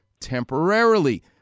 temporarily